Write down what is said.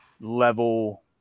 level